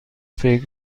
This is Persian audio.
فکر